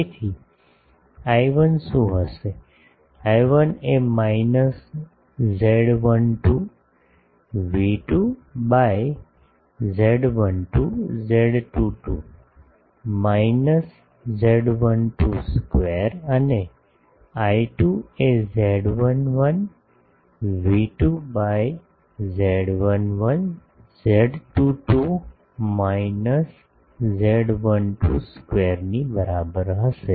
તેથી I1 શું હશે I1 એ minus Z12 V2 by Z11 Z22 minus Z12 square અને I2 એ Z11 V2 by Z11 Z22 minus Z12 square ની બરાબર છે